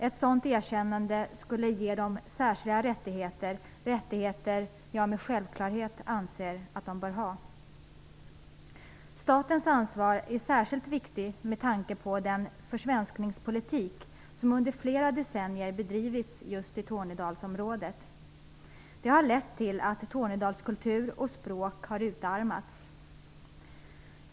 Ett sådant erkännande skulle ge dem de särskilda rättigheter som jag med självklarhet anser att de bör ha. Statens ansvar är särskilt viktigt med tanke på den försvenskningspolitik som under flera decennier bedrivits i just Tornedalsområdet. Den har lett till att tornedalskultur och språk har utarmats.